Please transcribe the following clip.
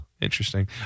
Interesting